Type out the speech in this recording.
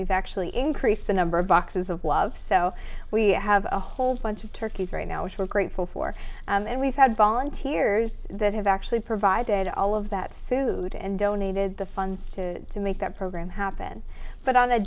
we've actually increased the number of boxes of logs so we have a whole bunch of turkeys right now which were grateful for and we've had volunteers that have actually provided all of that food and donated the funds to make that program happen but on a